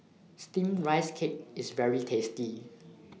Steamed Rice Cake IS very tasty